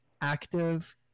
active